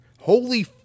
Holy